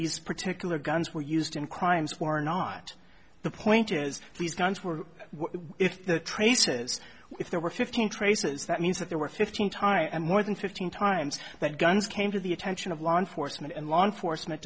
these particular guns were used in crimes or not the point is these guns were the traces if there were fifteen traces that means that there were fifteen tie and more than fifteen times that guns came to the attention of law enforcement and law enforcement